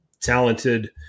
talented